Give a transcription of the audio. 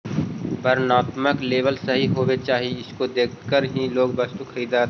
वर्णात्मक लेबल सही होवे चाहि इसको देखकर ही लोग वस्तु खरीदअ हथीन